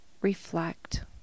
reflect